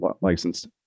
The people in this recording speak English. licensed